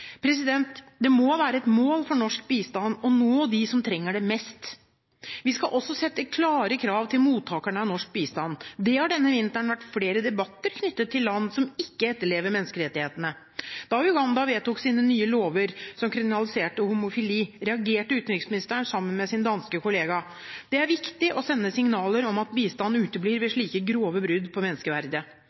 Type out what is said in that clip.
Det må være et mål for norsk bistand å nå dem som trenger det mest. Vi skal også sette klare krav til mottakerne av norsk bistand. Det har denne vinteren vært flere debatter knyttet til land som ikke etterlever menneskerettighetene. Da Uganda vedtok sine nye lover som kriminaliserer homofili, reagerte utenriksministeren sammen med sin danske kollega. Det er viktig å sende signaler om at bistand uteblir ved slike grove brudd på